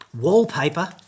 Wallpaper